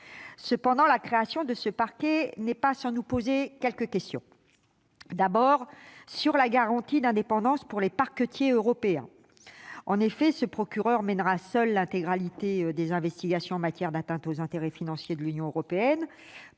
Cependant, la création de ce parquet ne va pas sans soulever, à nos yeux, quelques questions. Qu'en est-il, d'abord, de la garantie d'indépendance promise aux parquetiers européens ? Le procureur mènera seul l'intégralité des investigations en matière d'atteinte aux intérêts financiers de l'Union européenne,